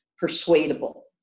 persuadable